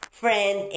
friend